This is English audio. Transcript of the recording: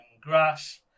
grass